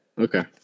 Okay